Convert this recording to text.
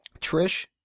Trish